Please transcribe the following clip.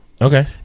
Okay